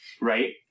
right